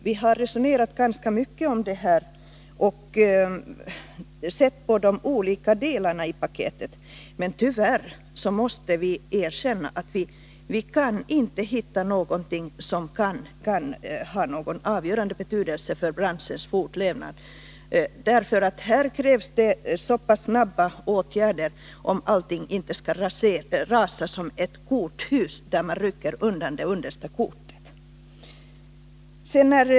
Vi har resonerat ganska mycket om det och sett på de olika delarna i paketet, men tyvärr måste vi erkänna att vi där inte kan hitta någonting som kan ha någon avgörande betydelse för branschens fortlevnad. Vad som här krävs är snabba åtgärder, om inte allting skall rasa som ett korthus där man rycker undan det understa kortet.